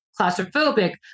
claustrophobic